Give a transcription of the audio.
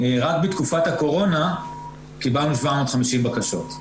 רק בתקופת הקורונה קיבלנו 750 בקשות.